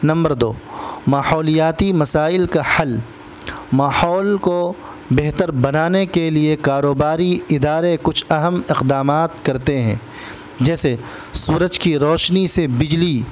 number دو ماحولیاتی مسائل کا حل ماحول کو بہتر بنانے کے لیے کاروباری ادارے کچھ اہم اقدامات کرتے ہیں جیسے سورج کی روشنی سے بجلی